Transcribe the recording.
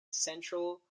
central